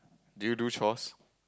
do you do chores